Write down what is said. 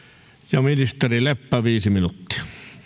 ja ministeri leppä viisi minuuttia